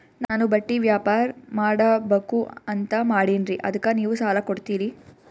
ನಾನು ಬಟ್ಟಿ ವ್ಯಾಪಾರ್ ಮಾಡಬಕು ಅಂತ ಮಾಡಿನ್ರಿ ಅದಕ್ಕ ನೀವು ಸಾಲ ಕೊಡ್ತೀರಿ?